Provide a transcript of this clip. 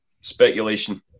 speculation